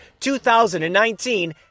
2019